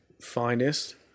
finest